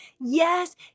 Yes